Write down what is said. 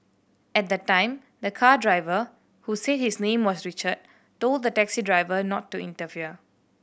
at the time the car driver who said his name was Richard told the taxi driver not to interfere